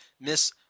Miss